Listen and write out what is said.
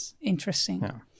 interesting